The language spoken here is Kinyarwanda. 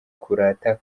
kurata